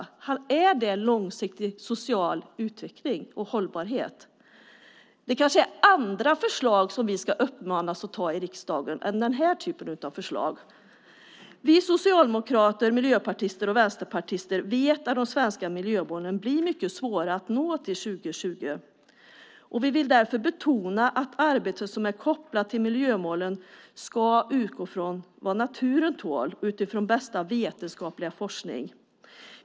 Är det långsiktig social utveckling och hållbarhet? Det är kanske andra beslut vi ska ta i riksdagen och inte den här typen av beslut. Vi socialdemokrater, miljöpartister och vänsterpartister vet att de svenska miljömålen blir mycket svåra att nå till 2020. Vi vill därför betona att det arbete som är kopplat till miljömålen ska utgå från vad naturen tål utifrån bästa vetenskapliga forskning.